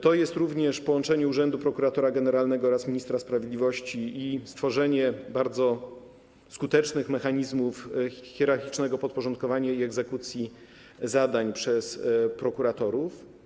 To jest również połączenie urzędu prokuratora generalnego oraz ministra sprawiedliwości i stworzenie bardzo skutecznych mechanizmów hierarchicznego podporządkowania i egzekucji zadań przez prokuratorów.